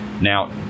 Now